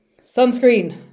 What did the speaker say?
Sunscreen